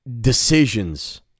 decisions